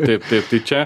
taip taip tai čia